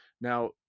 Now